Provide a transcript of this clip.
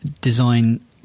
design